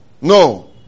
No